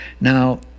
Now